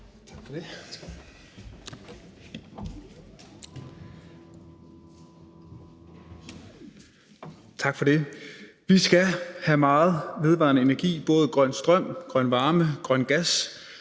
Tak for det. Vi skal have meget vedvarende energi, både grøn strøm, grøn varme, grøn gas